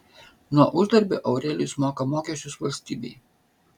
nuo uždarbio aurelijus moka mokesčius valstybei